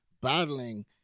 battling